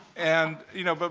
and, you know, but